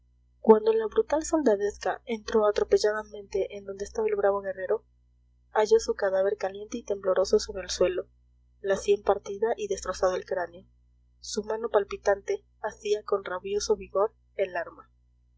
cuando la brutal soldadesca entró atropelladamente en donde estaba el bravo guerrero halló su cadáver caliente y tembloroso sobre el suelo la sien partida y destrozado el cráneo su mano palpitante asía con rabioso vigor el arma